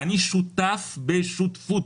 אני מדבר על השקעות הוניות.